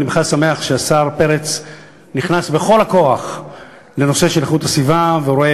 אני שמח שהשר פרץ נכנס בכל הכוח לנושא של איכות הסביבה ורואה